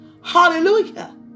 Hallelujah